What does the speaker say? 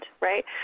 right